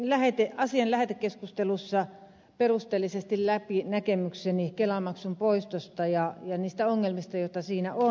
kävin asian lähetekeskustelussa perusteellisesti läpi näkemykseni kelamaksun poistosta ja niistä ongelmista joita siinä on